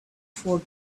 for